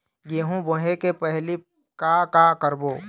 गेहूं बोए के पहेली का का करबो?